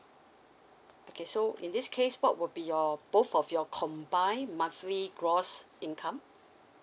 okay so in this case what would be your both of your combine monthly gross income